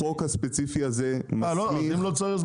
החוק הספציפי הזה מסמיך --- אם לא צריך,